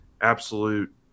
absolute